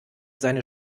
seine